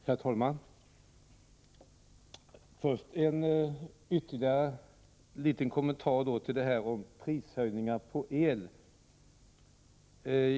Herr talman! Låt mig göra ytterligare en liten kommentar till detta om prishöjningarna på el.